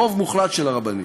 רוב מוחלט של הרבנים,